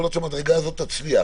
יכול להיות שהמדרגה הזאת תצליח.